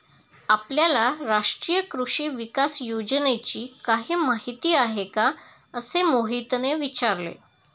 आपल्याला राष्ट्रीय कृषी विकास योजनेची काही माहिती आहे का असे मोहितने विचारले?